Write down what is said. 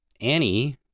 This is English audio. Annie